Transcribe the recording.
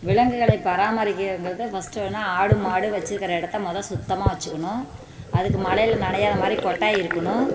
விலங்குகளை பராமரிக்கிறதுங்கிறது ஃபஸ்ட்டு வேணால்ஆடு மாடு வெச்சுருக்கிற இடத்த மொதல் சுத்தமாக வெச்சுக்கணும் அதுக்கு மழையில் நனையாத மாதிரி கொட்டாய் இருக்கணும்